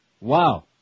Wow